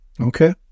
okay